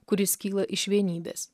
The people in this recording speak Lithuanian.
kuris kyla iš vienybės